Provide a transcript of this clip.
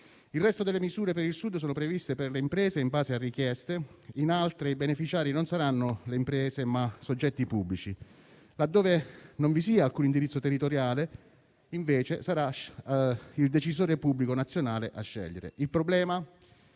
Le restanti misure per il Sud sono previste per le imprese, in base a richieste, e in altri casi i beneficiari non saranno le imprese ma soggetti pubblici. Laddove non vi sia alcun indirizzo territoriale, invece, sarà il decisore pubblico nazionale a scegliere. Il problema